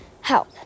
help